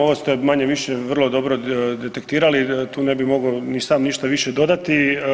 Ovo ste manje-više vrlo dobro detektirali, tu ne bi mogao ni sam ništa više dodati.